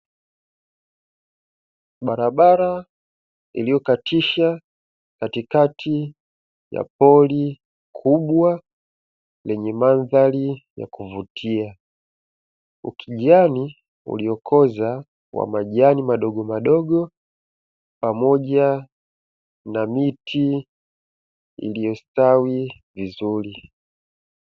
Barabara iliyokatisha katikati ya pori kubwa lenye mandhari ya kuvutia, ukijani uliyokoza wa majani madogo madogo pamoja na miti iliyostawi vizuri.